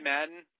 Madden